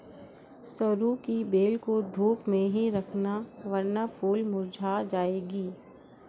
सरू की बेल को धूप में ही रखना वरना फूल मुरझा जाएगी